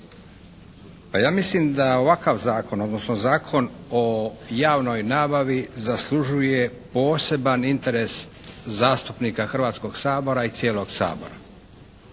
Pa ja mislim da ovakav Zakon, odnosno Zakon o javnoj nabavi zaslužuje poseban interes zastupnika Hrvatskog sabora i cijelog Sabora.